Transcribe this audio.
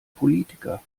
politiker